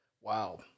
Wow